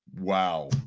Wow